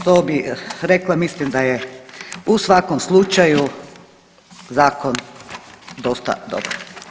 To bi rekla, mislim da je u svakom slučaju Zakon dosta dobar.